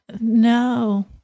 no